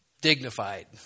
dignified